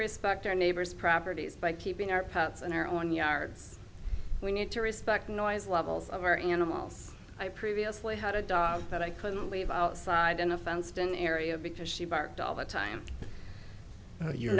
respect our neighbors properties by keeping our pets in our own yards we need to respect the noise levels of our animals i previously had a dog that i couldn't leave outside in a fenced in area because she barked all the time you